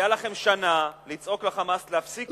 היתה לכם שנה לצעוק ל"חמאס" להפסיק לירות "קסאמים".